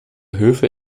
höfe